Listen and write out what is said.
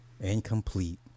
Incomplete